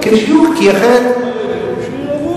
שירעבו.